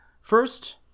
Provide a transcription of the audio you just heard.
First